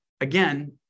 again